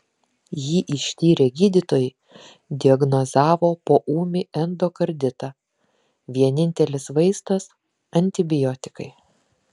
jį ištyrę gydytojai diagnozavo poūmį endokarditą vienintelis vaistas antibiotikai